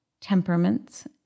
temperaments